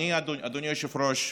אדוני היושב-ראש,